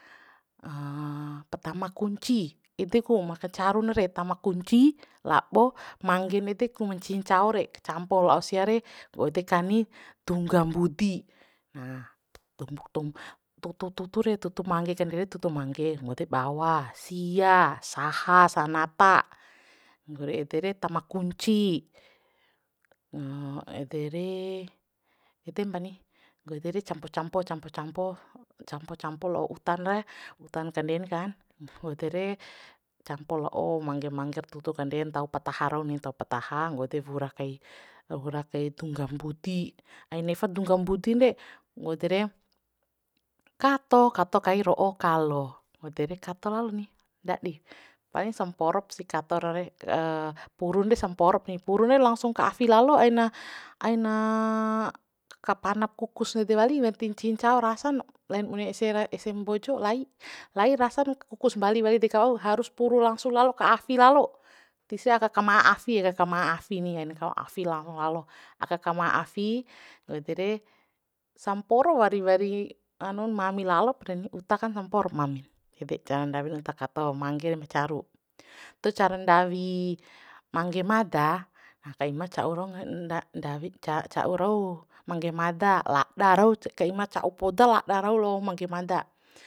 petama kunci ede ku ma ka carun re tama kunci labo mangge nede ku ma ncihin ncao re kacampo la'o sia re wau de kani dungga mbudi na tumbuk tumbu tutu tutu re tutu mangge kande re tutu mangge nggo ede bawa sia saha sanata nggori ede re tama kunci ede re edempani nggo ede re campo campo campo campo campo campo la'o utan re utan kanden kan nggo ede re campo la'o mangge mangge tutu kanden tau pataha rauni tau pataha nggo ede wura kai wura kai dungga mbudi ain nefa dungga mbudin re nggo ede re kato kato kai ro'o kalo nggo ede re kato lalo ni ndadi paling samporop sih kato rare purun re samporop ni puru re langsung ka afi lalo aina aina kapana kukus nede wali wati ncihi ncao rasan lain bune ese ese mbojo lai lai rasan kukus mbali wali deka wau harus puru langsung lalo ka afi lalo tise aka ka ma'a afi re ka ma'a afi ni ain ka afi lalo lalo aka kama'a afi nggo ede re samporo wari wari hanun mami lalop reni uta kan samporop mamin ede ca ndawi uta kato mangge re ma caru tu cara ndawi mangge mada na ka ima cau rau nda ndawi ca'u rau mangge mada lada rau ka ima ca'u poda lada rau lo mangge mada